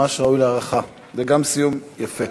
ממש ראוי להערכה, וגם סיום יפה.